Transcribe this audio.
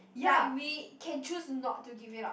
ya we can choose not to give it up